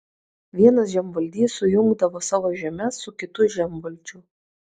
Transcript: vienas žemvaldys sujungdavo savo žemes su kitu žemvaldžiu